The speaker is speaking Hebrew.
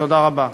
תודה רבה.